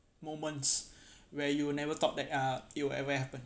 moments where you will never thought that uh it will ever happen